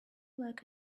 like